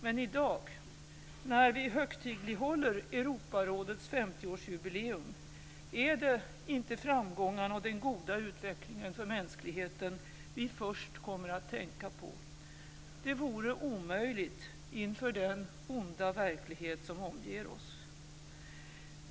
Men i dag, när vi högtidlighåller Europarådets 50 årsjubileum, är det inte framgångarna och den goda utvecklingen för mänskligheten vi först kommer att tänka på. Det vore omöjligt inför den onda verklighet som omger oss.